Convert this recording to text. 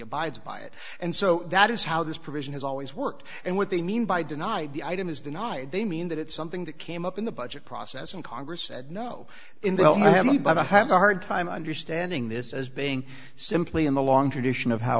abides by it and so that is how this provision has always worked and what they mean by deny the item is denied they mean that it's something that came up in the budget process and congress said no in they'll have me but i have a hard time understanding this as being simply in the long tradition of how